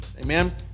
Amen